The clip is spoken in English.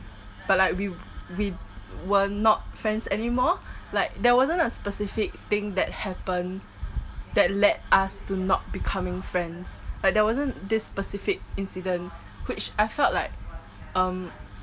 but like we we were not friends anymore like there wasn't a specific thing that happened that led us to not becoming friends like there wasn't this specific incident which I felt like um